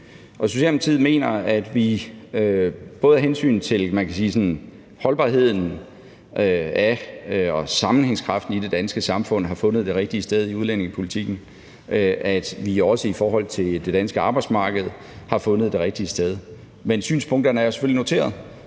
et hensyn til, man kan sige både holdbarheden af og sammenhængskraften i det danske samfund har fundet det rigtige sted i udlændingepolitikken, og at vi også i forhold til det danske arbejdsmarked har fundet det rigtige sted. Men synspunkterne er jo selvfølgelig noteret,